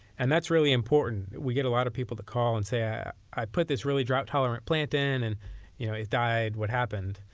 and that's really important. we get a lot of people that call and say i i put this really drought-tolerant plant in, and you know it died, what happened?